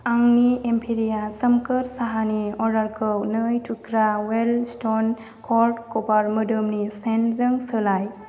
आंनि एम्पेरिया सोमखोर साहानि अर्डारखौ नै थुख्रा वायल्द स्टन कड कपार मोदोमनि सेन्टजों सोलाय